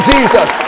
Jesus